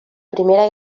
primera